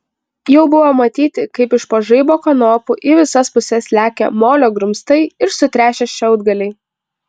jau buvo matyti kaip iš po žaibo kanopų į visas puses lekia molio grumstai ir sutrešę šiaudgaliai